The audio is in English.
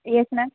yes ma'am